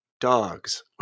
dogs